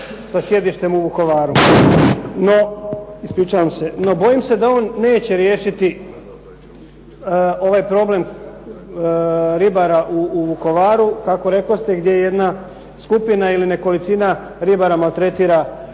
sa sjedištem u Vukovaru, no bojim se da on neće riješiti ovaj problem ribara u Vukovaru, tako rekoste, gdje jedna skupina ili nekolicina ribara maltretira